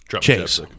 Chase